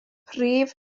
prif